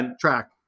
track